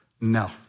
No